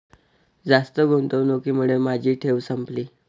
जास्त गुंतवणुकीमुळे माझी ठेव संपली